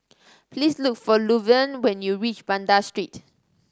please look for Luverne when you reach Banda Street